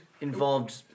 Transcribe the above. Involved